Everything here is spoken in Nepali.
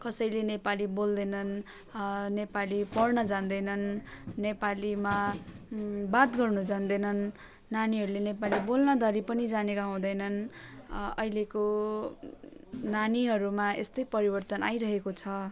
कसैले नेपाली बेल्दैनन् नेपाली पढ्न जान्दैनन् नेपालीमा बात गर्नु जान्दैनन् नानीहरूले नेपाली बोल्नधरि पनि जानेका हुँदैनन् अहिलेको नानीहरूमा यस्तै परिवर्तन आइरहेको छ